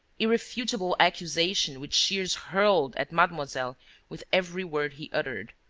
irrefutable accusation which shears hurled at mademoiselle with every word he uttered.